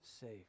safe